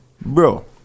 bro